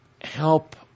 help